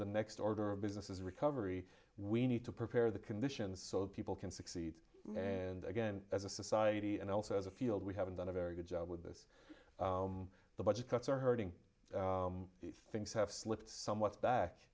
the next order of business is recovery we need to prepare the conditions so that people can succeed and again as a society and also as a field we haven't done a very good job with this the budget cuts are hurting things have slipped somewhat back